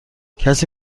کسی